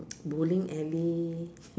bowling alley